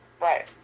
Right